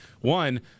One